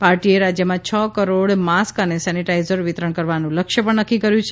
પાર્ટીએ રાજ્યમાં છ કરોડ માસ્ક અને સેનિટાઇઝર વિતરણ કરવાનું લક્ષ્ય પણ નક્કી કર્યું છે